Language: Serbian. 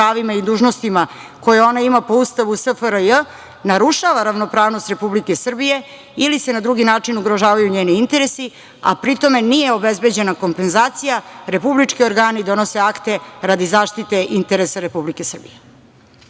i dužnostima koje ona ima po Ustavu SFRJ, narušava ravnopravnost Republike Srbije ili se na drugi način ugrožavaju njeni interesi, a pri tome nije obezbeđena kompenzacija, republički organi donose akte radi zaštite interesa Republike Srbije.“